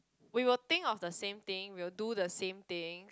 we will think of the same thing we will do the same thing